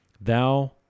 thou